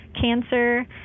cancer